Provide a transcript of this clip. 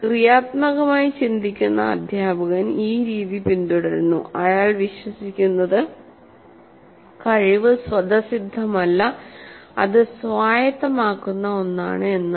ക്രിയാത്മകമായി ചിന്തിക്കുന്ന അധ്യാപകൻ ഈ രീതി പിന്തുടരുന്നു അയാൾ വിശ്വസിക്കുന്നത് കഴിവ് സ്വതസിദ്ധമല്ലഅത് സ്വായത്തമാക്കുന്ന ഒന്നാണ് എന്നാണ്